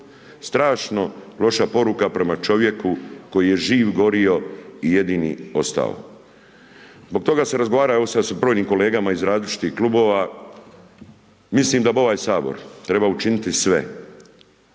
strašno loša poruka, prema čovjeku koji je živ gorio i jedini ostao. Zbog toga sam razgovarao sa …/Govornik se ne razumije./… kolegama iz različitih klubova, mislim da bi ovaj Sabor trebao učiniti sve,